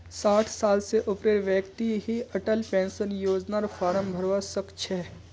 साठ साल स ऊपरेर व्यक्ति ही अटल पेन्शन योजनार फार्म भरवा सक छह